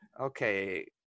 okay